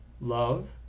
love